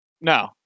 No